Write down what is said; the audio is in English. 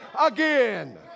again